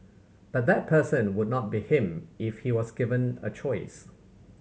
but that person would not be him if he was given a choice